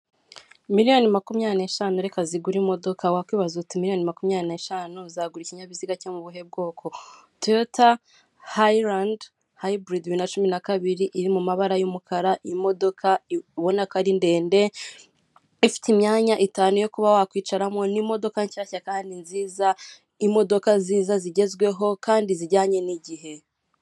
Miliyoni makumyabiri n'eshanu reka zigure imodoka. Wakwibaza uti miliyoni makumyabiri n'eshanu zagura ikinyabiziga cyo mu buhe bwoko? Toyota hayirandi, hayiburidi, bibiri na cumi na kabiri, iri mu mabara y'umukara, imodoka ubona ko ari ndende, ifite imyanya itanu yo kuba wakwicaramo, ni imodoka nshyashya kandi nziza, imodoka nziza zigezweho kandi zijyanye n'igihe.